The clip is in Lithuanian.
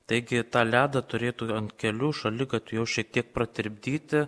taigi tą ledą turėtų ant kelių šaligatvių jau šiek tiek pratirpdyti